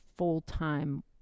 full-time